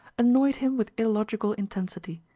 annoyed him with illogical intensity.